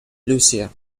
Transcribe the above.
lucia